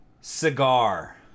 Cigar